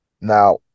Now